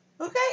Okay